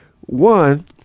one